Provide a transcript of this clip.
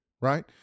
right